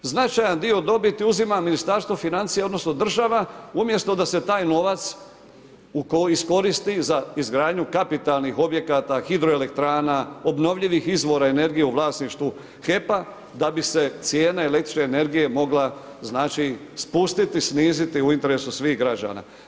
Značajan dio dobiti uzima Ministarstvo financija, odnosno država, umjesto da se taj novac iskoristi za izgradnju kapitalnih objekata, hidroelektrana, obnovljivih izvora energije u vlasništvu HEP-a, da bise cijene električne energije mogla znači spustiti, sniziti u interesu svih građana.